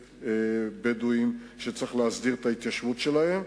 בדואים שצריך להסדיר את ההתיישבות שלהם.